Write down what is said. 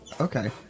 Okay